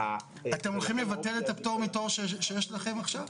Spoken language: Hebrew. אתם הולכים לבטל את הפטור מתור שיש לכם עכשיו?